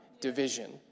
division